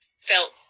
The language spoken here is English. felt